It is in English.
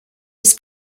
his